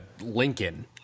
Lincoln